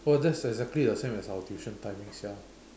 !wah! that's excatly the same as our tuition timing sia